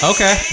Okay